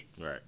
Right